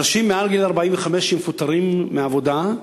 אנשים מעל גיל 45 שמפוטרים מעבודה,